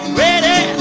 ready